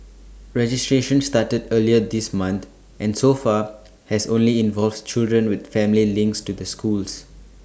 registration started earlier this month and so far has only involved children with family links to the schools